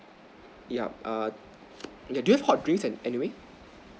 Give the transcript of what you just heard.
yup err do you have hot drinks anyway